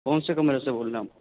کون سے کمرے سے بول رہے ہیں آپ